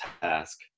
task